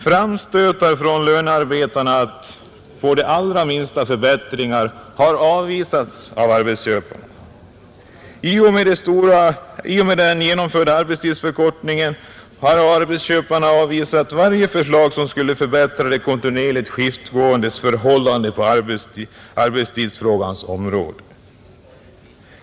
Framstötar från lönearbetarna att få de allra minsta förbättringar har avvisats av arbetsköparna. I och med den genomförda arbetstidsförkortningen har arbetsköparna avvisat varje förslag som skulle förbättra de kontinuerligt skiftgåendes förhållanden på arbetstidsfrågans område.